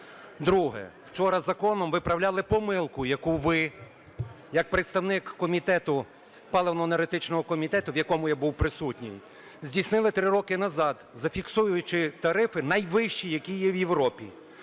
Друге. Вчора законом виправляли помилку, яку ви як представник комітету, паливно-енергетичного комітету, в якому я був присутній, здійснили три роки назад, зафіксовуючи тарифи найвищі, які є в Європі.